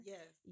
Yes